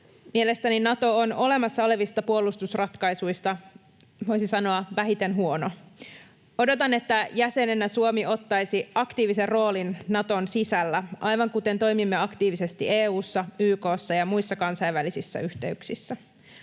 Mielestäni Nato on olemassaolevista puolustusratkaisuista, voisi sanoa, vähiten huono. Odotan, että jäsenenä Suomi ottaisi aktiivisen roolin Naton sisällä aivan kuten toimimme aktiivisesti EU:ssa, YK:ssa ja muissa kansainvälisissä yhteyksissä.